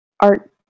art